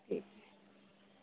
ٹھیک ہے